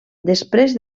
després